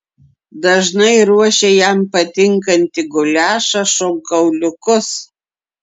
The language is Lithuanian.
dažnai ruošia jam patinkantį guliašą šonkauliukus